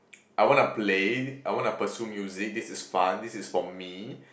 I wanna play I wanna pursue music this is fun this is from me